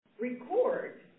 Record